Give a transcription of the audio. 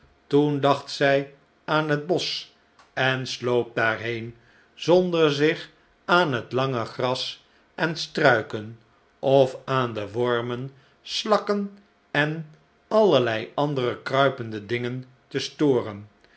toen dacht zij aan het bosch en sloop daarheen zonder zich aan het lange gras en struiken of aan de wormen slakken en allerlei andere kruipende dingen te storen